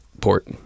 port